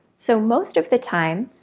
so most of the time,